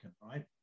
right